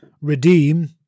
redeem